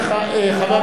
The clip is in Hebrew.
כל הזמן?